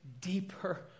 deeper